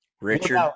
Richard